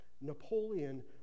Napoleon